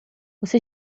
você